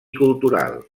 cultural